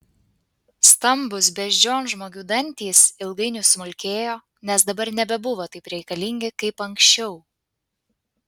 stambūs beždžionžmogių dantys ilgainiui smulkėjo nes dabar nebebuvo taip reikalingi kaip anksčiau